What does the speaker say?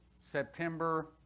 september